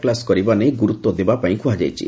class କରିବା ନେଇ ଗୁରୁତ୍ ଦେବାପାଇଁ କୁହାଯାଇଛି